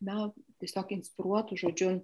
na tiesiog inspiruotų žodžiu